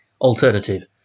alternative